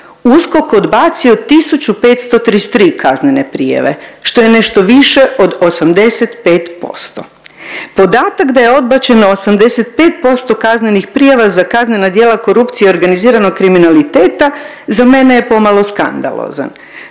USKOK odbacio 1533 kaznene prijave što je nešto više od 85%. Podatak da je odbačeno 85% kaznenih prijava za kaznena djela korupcije i organiziranog kriminaliteta za mene je pomalo skandalozan.